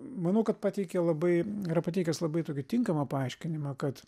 manau kad pateikė labai yra pateikęs labai tokį tinkamą paaiškinimą kad